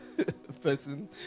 person